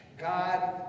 God